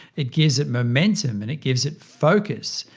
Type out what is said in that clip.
it gives it momentum and it gives it focus.